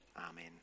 Amen